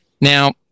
Now